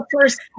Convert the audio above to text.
first